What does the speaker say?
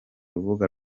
rubuga